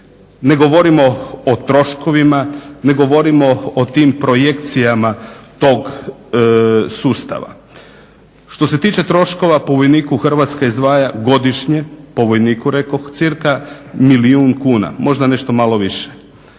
ne govorimo o troškovima, ne govorimo o tim projekcijama tog sustava. Što se tiče troškova po vojniku Hrvatska izdvaja godišnje, po vojniku rekoh, cca milijun kuna možda nešto malo više.